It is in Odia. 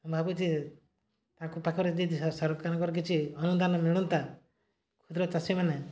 ମୁଁ ଭାବୁଛି ତାଙ୍କ ପାଖରେ ଯଦି ସରକାରଙ୍କର କିଛି ଅନୁଦାନ ମିଳନ୍ତା କ୍ଷୁଦ୍ର ଚାଷୀମାନେ